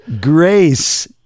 Grace